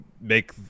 make